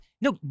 No